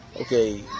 okay